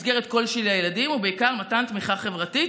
מסגרת כלשהי לילדים ובעיקר מתן תמיכה חברתית,